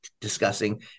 discussing